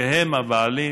הם הבעלים